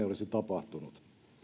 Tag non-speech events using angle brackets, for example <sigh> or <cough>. <unintelligible> olisi tapahtunut